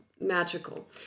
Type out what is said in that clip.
magical